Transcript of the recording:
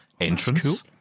entrance